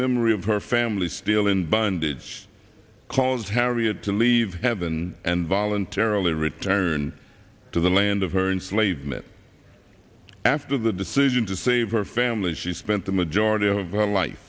memory of her family still in bondage cause harriet to leave heaven and voluntarily return to the land of her own slave mitt after the decision to save her family she spent the majority of her life